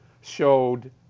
showed